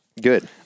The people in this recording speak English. Good